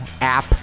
app